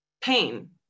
pain